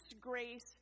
grace